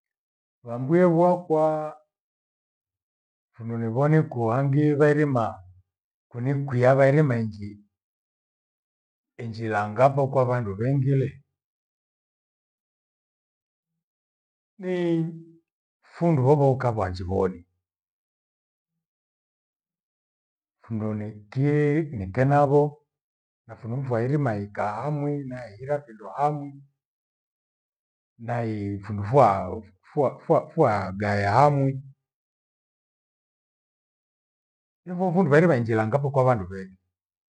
Vambwiwe wakwa, fundu nivoni kuhangi vairima kuni kwiya vairima inji- injilanga foo Kwa randu vengi lee. Ni fundo vavooka vanjironi, fundu nitee nikenavoo na fundu fwairima iikaa amwi naiira hamwi. Nahii fündufua fua- fua- fua gaya hamwi. Ndifofufu wairima injilanga kwa vandu vendi.